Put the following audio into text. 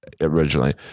originally